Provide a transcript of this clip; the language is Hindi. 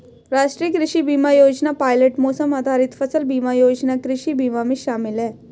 राष्ट्रीय कृषि बीमा योजना पायलट मौसम आधारित फसल बीमा योजना कृषि बीमा में शामिल है